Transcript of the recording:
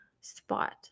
spot